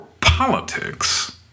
politics